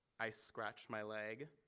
i scratched my leg.